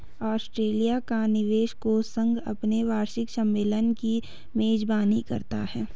Australia का निवेश कोष संघ अपने वार्षिक सम्मेलन की मेजबानी करता है